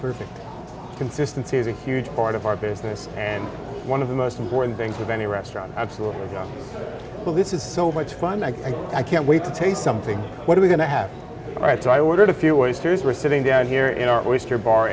perfect consistency is a huge part of our business and one of the most important things of any restaurant absolutely well this is so much fun that i can't wait to taste something what are we going to have right so i ordered a few oysters were sitting down here in our oyster bar